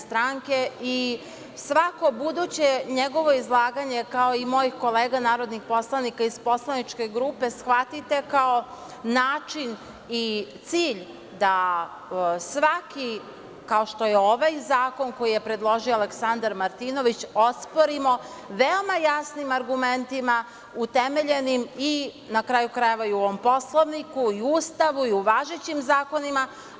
Svako buduće njegovo izlaganje, kao i mojih kolega narodnih poslanika iz poslaničke grupe, shvatite kao način i cilj da svaki, kao što je ovaj zakon koji je predložio Aleksandar Martinović, osporimo veoma jasnim argumentima, utemeljenim i, na kraju krajeva, i u ovom Poslovniku i Ustavu i u važećim zakonima.